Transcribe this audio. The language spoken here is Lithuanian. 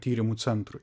tyrimų centrui